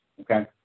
okay